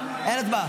לא הבנתי.